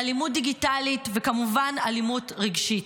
אלימות דיגיטלית וכמובן אלימות רגשית.